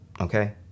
okay